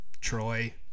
troy